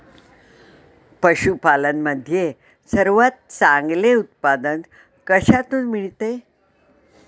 पशूपालन मध्ये सर्वात चांगले उत्पादन कशातून मिळते?